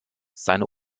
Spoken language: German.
seine